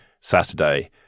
Saturday